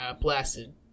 blasted